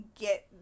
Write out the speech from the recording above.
get